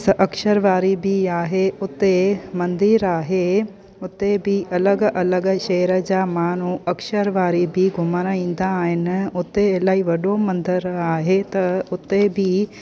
स अक्षर वारी बि आहे उते मंदिर आहे उते बि अलॻि अलॻि शहर जा माण्हू अक्षर वारी बि घुमण ईंदा आहिनि उते इलाही वॾो मंदरु आहे त उते बि